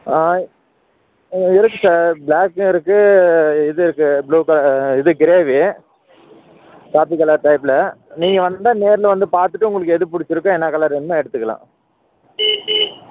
ஆ இருக்குது சார் ப்ளேக்க்கும் இருக்குது இது இருக்குது ப்ளூ கலர் இது கிரேவு காபி கலர் டைப்பில் நீங்கள் வந்தால் நேரில் வந்து பார்த்துட்டு உங்களுக்கு எது பிடிச்சிருக்கோ என்ன கலர் வேணுமோ எடுத்துக்கலாம்